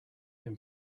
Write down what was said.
him